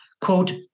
Quote